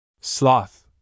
Sloth